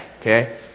Okay